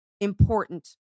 important